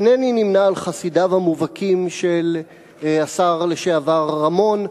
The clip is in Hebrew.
אינני נמנה עם חסידיו המובהקים של השר לשעבר רמון.